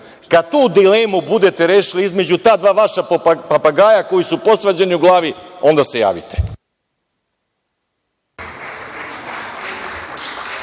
Kada tu dilemu budete rešili između ta dva vaša papagaja, koji su posvađani u glavi, onda se javite.